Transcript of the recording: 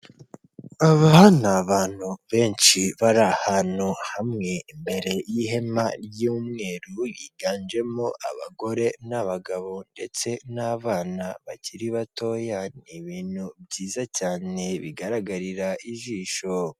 Aba ni abantu benshi bari ahantu hamwe, imbere y'ihema ry'umweru, biganjemo abagore n'abagabo ndetse n'abana bakiri batoya, ni ibintu byiza cyane bigaragarira ijisho.